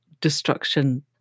destruction